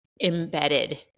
embedded